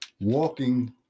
walking